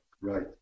Right